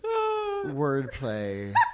wordplay